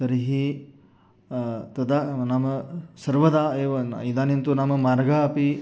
तर्हि तदा नाम सर्वदा एव न् इदानीन्तु नाम मार्गः अपि